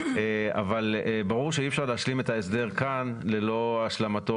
אבל ברור שאי אפשר להשלים את ההסדר כאן ללא השלמתו